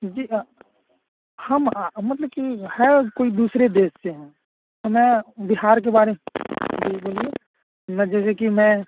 जी हम मतलव कि है कोई दूसरे देस से हैं मैं बिहार के बारे में जी बोलिए ना जैसे कि मैं